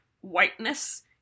whiteness